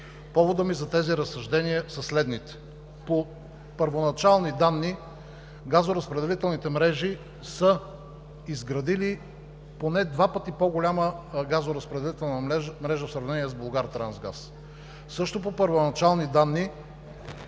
Поводът за тези разсъждения са следните: по първоначални данни газоразпределителните мрежи са изградили поне два пъти по голяма газоразпределителна мрежа в сравнение с Булгартрансгаз. Също по първоначални данни